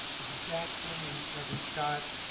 mrs. jackson and reverend scott,